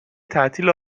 تعطیل